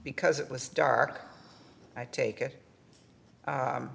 because it was dark i take it